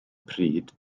pryd